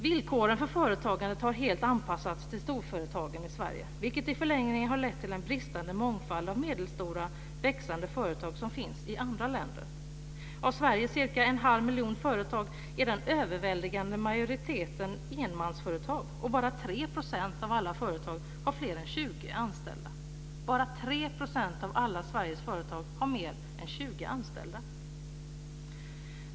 Villkoren för företagande har i Sverige helt anpassats till storföretagen, vilket i förlängningen lett en bristande mångfald av medelstora, växande företag som finns i andra länder. Av Sveriges cirka en halv miljon företag är den överväldigande majoriteten enmansföretag, och bara 3 % av alla företag har fler än 20 anställda. Jag upprepar: Bara 3 % av alla Sveriges företag har mer än 20 anställda.